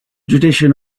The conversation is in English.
tradition